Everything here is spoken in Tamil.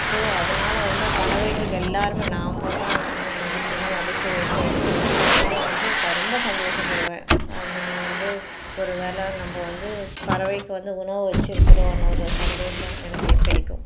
ஸோ அதனால் வந்து பறவைகளுக்கு எல்லோருமே நாம் தான் உணவு அளிக்க வேண்டும் அதனால் வந்து ச ரொம்ப சந்தோஷப்படுவேன் அந்த வந்து ஒருவேளை நம்ம வந்து பறவைக்கு வந்து உணவு வச்சிருக்கிறோன்னு ஒரு சந்தோஷம் எனக்கு கிடைக்கும்